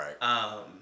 right